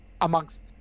amongst